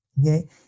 Okay